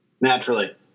Naturally